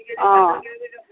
অ